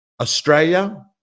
Australia